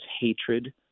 hatred